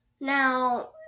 Now